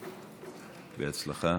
בהצלחה.